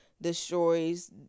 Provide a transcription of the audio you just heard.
destroys